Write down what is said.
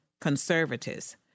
conservatives